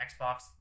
Xbox